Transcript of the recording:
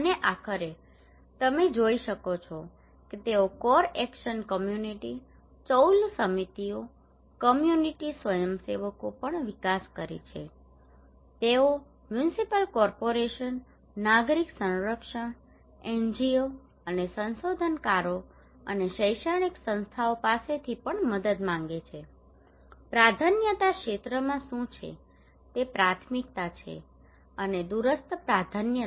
અને આખરે તમે જોઈ શકો છો કે તેઓ કોર એક્શન કમ્યુનિટિ ચૌલ સમિતિઓ કમ્યુનિટિ સ્વયંસેવકો પણ વિકાસ કરે છે તેઓ મ્યુનિસિપલ કોર્પોરેશનો નાગરિક સંરક્ષણ NGO અને સંશોધનકારો અને શૈક્ષણિક સંસ્થાઓ પાસેથી પણ મદદ માંગે છે પ્રાધાન્યતા ક્ષેત્રોમાં શું છે તે પ્રાથમિકતા છે અને દૂરસ્થ પ્રાધાન્યતા